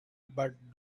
but